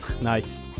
Nice